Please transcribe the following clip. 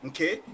Okay